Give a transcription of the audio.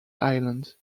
islands